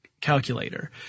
calculator